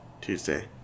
Tuesday